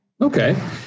Okay